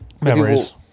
memories